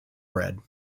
bread